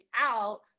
out